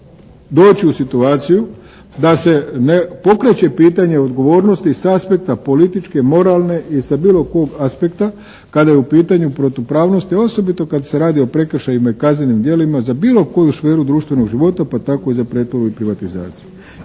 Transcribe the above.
se ne razumije./… pokreće pitanje odgovornosti sa aspekta političke, moralne i sa bilo kog aspekta kada je u pitanju protupravnost i osobito kad se radi o prekršajima i kaznenim djelima za bilo koju sferu društvenog života pa tako i za pretvorbu i privatizaciju.